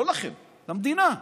לא לכם, למדינה.